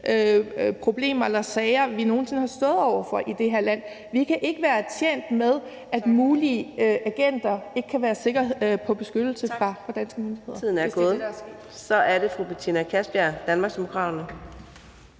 sager, vi nogen sinde har stået over for i det her land. Vi kan ikke være tjent med, at mulige agenter ikke kan være sikre på beskyttelse fra danske myndigheders